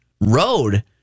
road